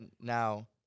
Now